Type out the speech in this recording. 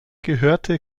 gehörte